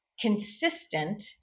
consistent